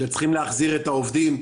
שצריכים להחזיר את העובדים,